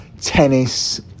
tennis